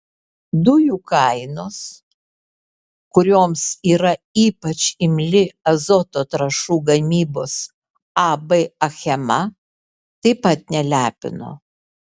dujų kainos kurioms yra ypač imli azoto trąšų gamybos ab achema taip pat nelepino